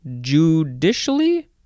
judicially